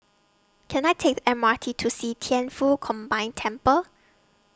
Can I Take The M R T to See Thian Foh Combined Temple